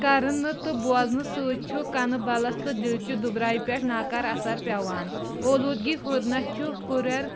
کَرٕنہٕ تہٕ بوزنہٕ سۭتۍ چھ کَنہٕ بَلس تہٕ دِلچہِ دُبراے پیٹھ ناکار اَثر پیٚوان اولوٗدگی ہُرنَس چھ ہُریر